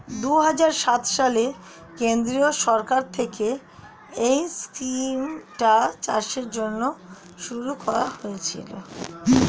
দুহাজার সাত সালে কেন্দ্রীয় সরকার থেকে এই স্কিমটা চাষের উন্নতির জন্য শুরু করা হয়েছিল